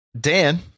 Dan